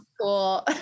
cool